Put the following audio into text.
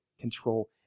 control